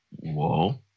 Whoa